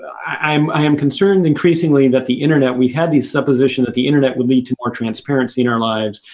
i um i am concerned increasingly that the internet we we had the supposition that the internet would lead to more transparency in our lives,